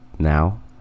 now